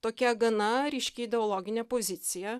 tokia gana ryški ideologinė pozicija